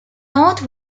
north